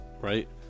right